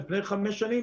לפני חמש שנים,